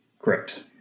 Correct